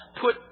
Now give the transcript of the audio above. put